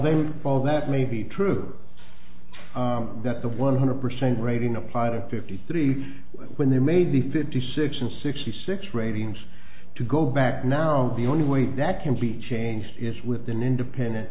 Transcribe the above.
them all that may be true that the one hundred percent rating apply to fifty three when they made the fifty six and sixty six ratings to go back now the only way that can be changed is with an independent